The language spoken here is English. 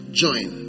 join